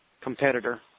competitor